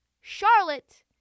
Charlotte